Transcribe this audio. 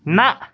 نہ